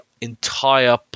entire